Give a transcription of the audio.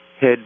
head